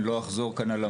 שאני לא אחזור עליהם כאן.